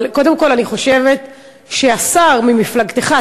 קודם כול אני חושבת שהשר ממפלגתך,